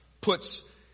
puts